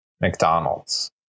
McDonald's